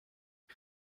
but